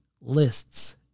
lists